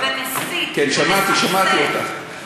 שמעתי אותך,